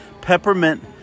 peppermint